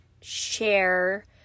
share